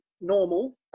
normal